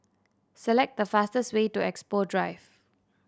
select the fastest way to Expo Drive